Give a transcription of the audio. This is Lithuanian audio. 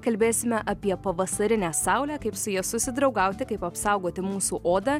kalbėsime apie pavasarinę saulę kaip su ja susidraugauti kaip apsaugoti mūsų odą